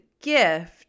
gift